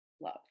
love